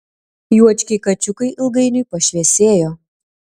juočkiai kačiukai ilgainiui pašviesėjo